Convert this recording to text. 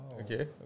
Okay